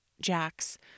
Jack's